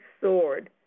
sword